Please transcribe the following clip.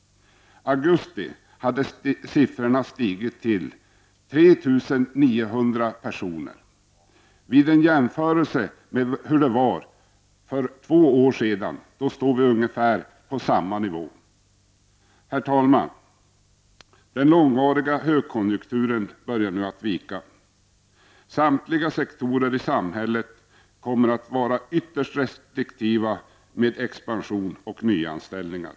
I augusti hade siffran stigit till 3 900. Vid en jämförelse med hur det var för två år sedan står vi på ungefär samma nivå. Herr talman! Den långvariga högkonjunkturen börjar nu att vika. Samtliga sektorer i samhället kommer att vara ytterst restriktiva med expansion och nyanställningar.